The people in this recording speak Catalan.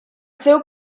seu